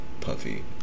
puffy